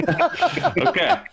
okay